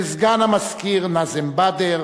לסגן המזכיר נאזם באדר,